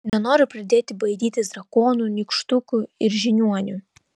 nenoriu pradėti baidytis drakonų nykštukų ir žiniuonių